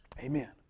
Amen